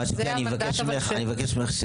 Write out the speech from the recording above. מה שאני מבקש ממך,